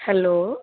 hello